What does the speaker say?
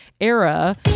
era